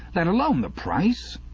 let alone the price